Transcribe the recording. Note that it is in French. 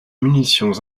munitions